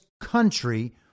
country